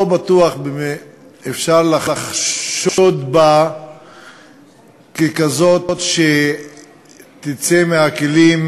לא בטוח שאפשר לחשוד בה ככזאת שתצא מהכלים